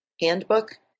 handbook